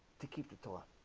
to keep the torah